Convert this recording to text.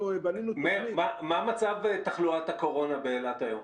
מאיר, מה מצב תחלואת הקורונה באילת היום?